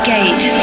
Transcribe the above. Gate